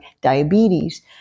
diabetes